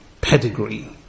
pedigree